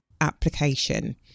application